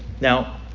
Now